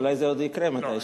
אולי זה עוד יקרה מתישהו.